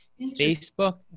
Facebook